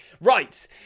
right